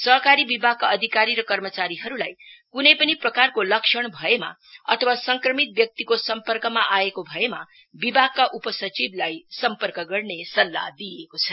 सहकारी विभागका अधिकारी र कर्मचारीहरूलाई कुनै पनि प्रकारको लक्षण भएमा अथवा संक्रमित व्यक्तिको सम्पर्कमा आएको भएमा विभागका उपसचिवलाई सम्पर्क गर्ने सल्लाह दिइएको छ